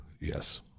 yes